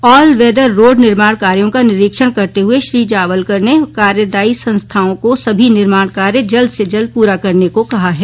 all weather road निर्माण कार्यों का निरीक्षण करते हुए श्री जावलकर ने कार्यदायी संस्थाओं को सभी निर्माण कार्य जल्द से जल्द पूरा करने को कहा है